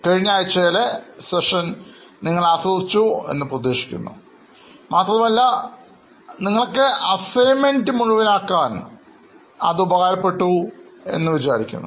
കഴിഞ്ഞ ആഴ്ചയിലെ സെഷൻ നിങ്ങൾ ആസ്വദിച്ചു എന്ന് പ്രതീക്ഷിക്കുന്നു മാത്രമല്ല നിങ്ങൾക്ക് അസൈൻമെൻറ് പൂർത്തിയാക്കാൻ ഇതുകൊണ്ട് ഉപകാരപ്പെടും